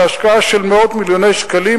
בהשקעה של מאות מיליוני שקלים,